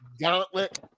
gauntlet